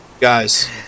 Guys